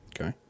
Okay